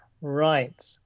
right